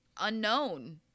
unknown